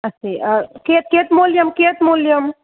अस्ति कियत् कियत्मूल्यं कियत्मूल्यं